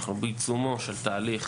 אנחנו בעיצומו של תהליך